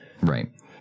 Right